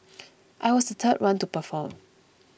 I was the third one to perform